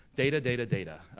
data, data, data.